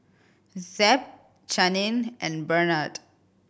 Zeb Channing and Bernhard